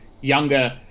younger